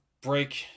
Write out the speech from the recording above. break